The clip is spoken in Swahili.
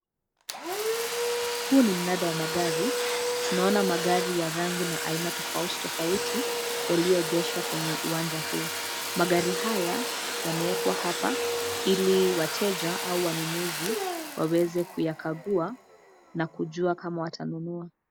Huu ni mnada wa magari, tunaona magari ya rangi na aina tofauti tofauti, yaliyoegeshwa kwenye uwanja huu, magari haya, yameekwa hapa, ili wateja au wanunuzi waweze kuyakagua, na kujua kama watanunua.